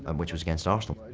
um which was against arsenal,